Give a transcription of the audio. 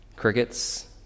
crickets